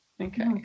Okay